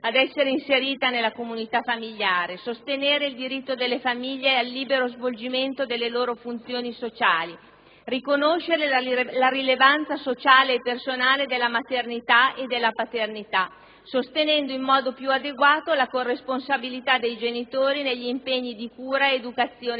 ad essere inserita nella comunità familiare. È altresì doveroso sostenere il diritto delle famiglie al libero svolgimento delle proprie funzioni sociali, riconoscere la rilevanza sociale e personale della maternità e della paternità, sostenendo in modo più adeguato la corresponsabilità dei genitori negli impegni di cura ed educazione